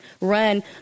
run